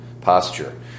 posture